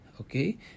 okay